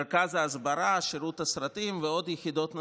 מרכז ההסברה, שירות הסרטים ויחידות נוספות.